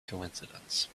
coincidence